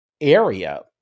area